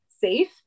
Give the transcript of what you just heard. safe